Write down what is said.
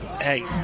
hey